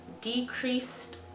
decreased